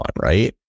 right